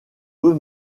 eux